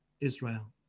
Israel